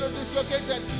dislocated